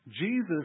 Jesus